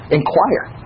inquire